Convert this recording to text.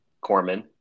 Corman